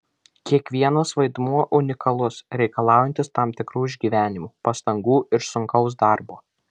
kiekvienas vaidmuo unikalus reikalaujantis tam tikrų išgyvenimų pastangų ir sunkaus darbo